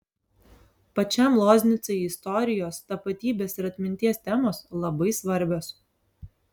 pačiam loznicai istorijos tapatybės ir atminties temos labai svarbios